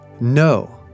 no